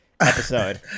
episode